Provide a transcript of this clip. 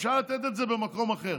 אפשר לתת את זה במקום אחר.